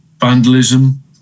vandalism